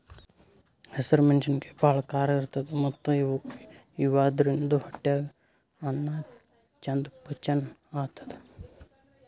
ಹಸ್ರ್ ಮೆಣಸಿನಕಾಯಿ ಭಾಳ್ ಖಾರ ಇರ್ತವ್ ಮತ್ತ್ ಇವಾದ್ರಿನ್ದ ಹೊಟ್ಯಾಗ್ ಅನ್ನಾ ಚಂದ್ ಪಚನ್ ಆತದ್